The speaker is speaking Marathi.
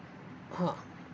हां